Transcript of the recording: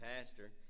pastor